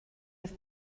have